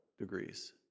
degrees